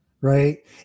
Right